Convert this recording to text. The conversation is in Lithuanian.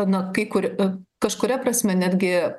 na kai kur kažkuria prasme netgi